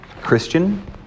Christian